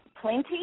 plenty